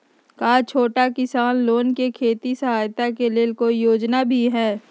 का छोटा किसान लोग के खेती सहायता के लेंल कोई योजना भी हई?